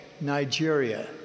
Nigeria